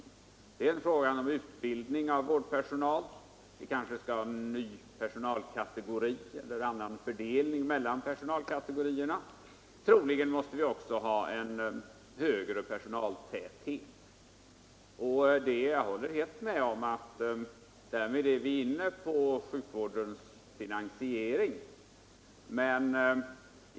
Det är en fråga om utbildning av vårdpersonal. Vi kanske skall ha en ny personalkategori eller en annan fördelning mellan personalkategorierna. Troligen måste vi också ha en högre personaltäthet. Jag håller helt med om att vi i och med detta är inne på sjukvårdens finansiering.